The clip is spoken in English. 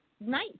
nice